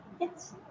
Yes